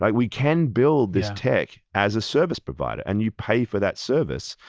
like we can build this tech as a service provider, and you pay for that service,